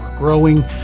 growing